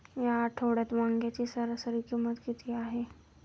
या आठवड्यात वांग्याची सरासरी किंमत किती आहे?